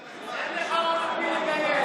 אין לך עוד את מי לגייס,